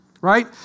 right